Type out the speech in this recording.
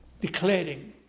declaring